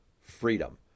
freedom